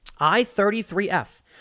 I33F